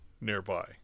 nearby